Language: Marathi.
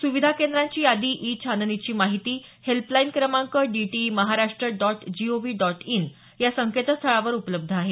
सुविधा केंद्रांची यादी ई छाननीची माहिती हेल्पलाईन क्रमांक DTE Maharashtra dot gov dot in या संकेतस्थळावर उपलब्ध आहे